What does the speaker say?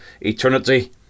eternity